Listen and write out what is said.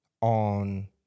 on